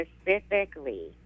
specifically